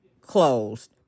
Closed